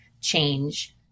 change